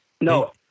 no